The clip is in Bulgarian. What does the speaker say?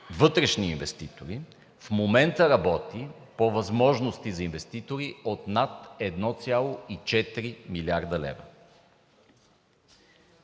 вътрешни инвеститори в момента работи по възможности за инвеститори от над 1,4 млрд. лв.